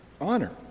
honor